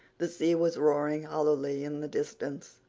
the sea was roaring hollowly in the distance,